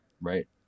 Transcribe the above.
right